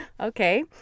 Okay